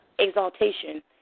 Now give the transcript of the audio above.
exaltation